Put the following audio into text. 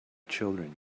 children